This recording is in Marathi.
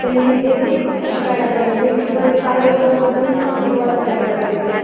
त्यानी बेसिक शिकायला पाहिजे बेसिकमध्ये सारेगमपासून सुरुवात करायला पाहिजे